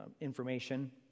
information